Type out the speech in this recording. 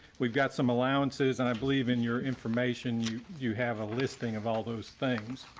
we've got some allowances and i believe in your information, you you have a listing of all those things.